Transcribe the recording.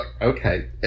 Okay